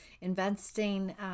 investing